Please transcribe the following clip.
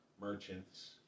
merchants